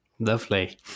Lovely